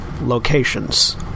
locations